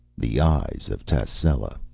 the eyes of tascela